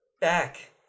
back